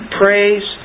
praise